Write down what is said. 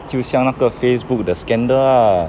就像那个 facebook the scandal ah